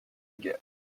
guerre